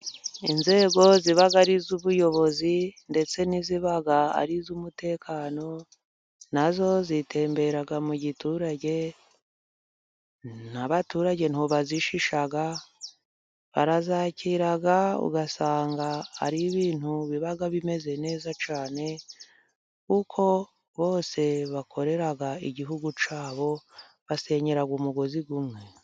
Inzego ziba ari iz'ubuyobozi ndetse n'iziba ari iz'umutekano nazo zitembera mu giturage, n'abaturage ntago bazishisha, barazakirara ugasanga ari ibintu bibaga bimeze neza cyane, kuko bose bakorera igihugu cyabo basenyera umugozi umwe.